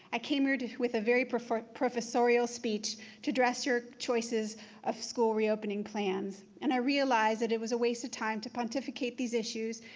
i came here with a very professorial professorial speech to address your choices of school reopening plans. and i realized that it was a waste of time to pontificate these issues.